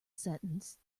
sentence